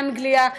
לאנגליה,